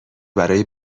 برای